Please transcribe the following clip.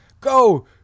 go